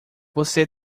você